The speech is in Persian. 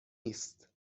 نیست